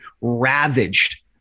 ravaged